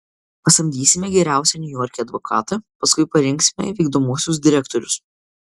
pasamdysime geriausią niujorke advokatą paskui parinksime vykdomuosius direktorius